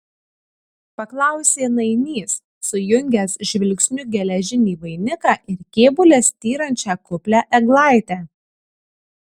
paklausė nainys sujungęs žvilgsniu geležinį vainiką ir kėbule styrančią kuplią eglaitę